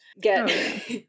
get